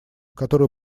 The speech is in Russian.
который